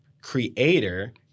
Creator